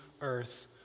earth